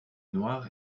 noir